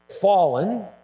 fallen